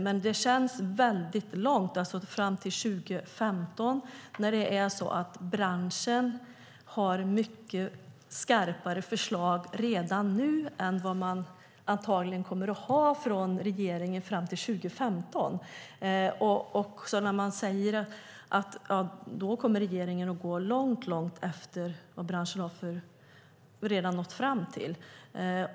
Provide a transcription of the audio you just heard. Men det känns väldigt långt fram till 2015. Branschen har mycket skarpare förslag redan nu än vad man antagligen kommer att ha från regeringen fram till 2015. Man säger att regeringen då kommer att gå långt efter vad branschen redan har nått fram till.